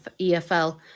EFL